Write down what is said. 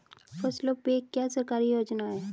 फसलों पे क्या सरकारी योजना है?